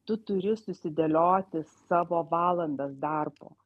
tu turi susidėlioti savo valandas darbo